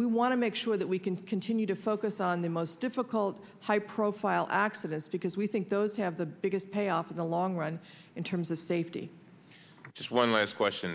we want to make sure that we can continue to focus on the most difficult high profile accidents because we think those have the biggest payoff in the long run in terms of safety just one last question